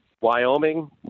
Wyoming